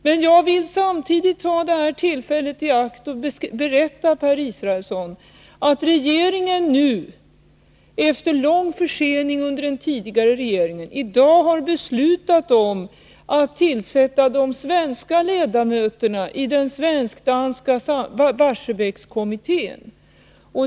Men jag vill samtidigt ta tillfället i akt och berätta för Per Israelsson att regeringen — efter lång försening hos den tidigare regeringen —i dag har beslutat om att tillsätta de svenska ledamöterna i den svensk-danska Barsebäckskommittén.